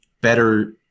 better